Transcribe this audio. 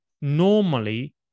normally